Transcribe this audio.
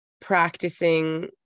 practicing